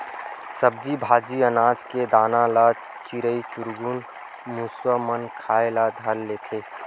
सब्जी भाजी, अनाज के दाना ल चिरई चिरगुन, मुसवा मन खाए ल धर लेथे